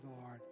Lord